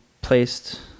placed